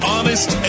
Honest